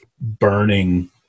burning